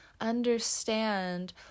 understand